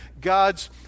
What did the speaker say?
God's